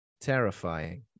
Terrifying